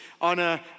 honor